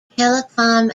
telecom